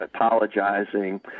apologizing